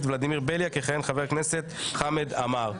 ולדימיר בליאק יכהן חבר הכנסת חמד עמאר.